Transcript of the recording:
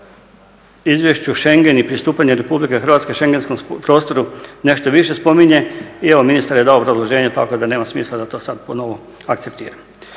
izvješću schengen i pristupanje Republike Hrvatske schengenskom prostoru nešto više spominje i evo ministar je dao obrazloženje tako da nema smisla da to sada po novom akceptiram.